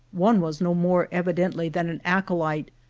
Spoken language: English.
one was no more, evidently, than an acolyte,